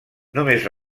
només